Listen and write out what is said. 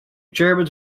germans